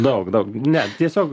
daug daug ne tiesiog